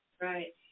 right